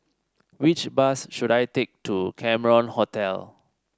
which bus should I take to Cameron Hotel